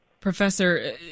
Professor